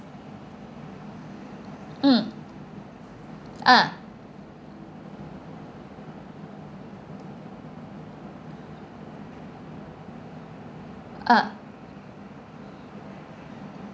mm ah ah